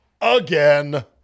Again